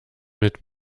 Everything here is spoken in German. mit